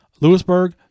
Lewisburg